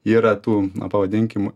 yra tų pavadinkim